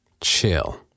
chill